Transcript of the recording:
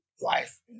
life